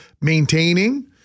maintaining